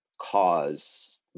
cause